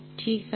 ठीक आहे